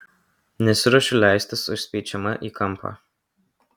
nesiruošiu leistis užspeičiama į kampą